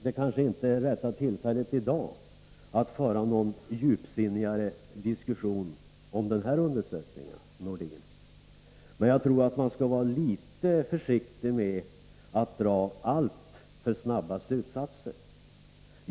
Det kanske inte är rätt tillfälle att i dag föra någon djupsinnigare diskussion om den undersökningen, Sven-Erik Nordin, men jag tror att man skall vara litet försiktig med att dra alltför snara slutsatser.